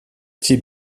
type